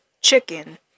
chicken